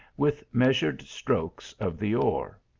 with measured strokes of the oar.